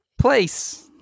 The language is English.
place